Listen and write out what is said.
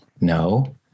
no